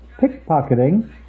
pickpocketing